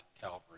Calvary